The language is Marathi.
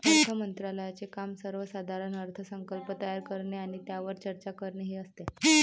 अर्थ मंत्रालयाचे काम सर्वसाधारण अर्थसंकल्प तयार करणे आणि त्यावर चर्चा करणे हे असते